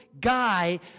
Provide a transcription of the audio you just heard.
guy